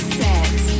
set